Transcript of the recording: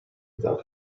without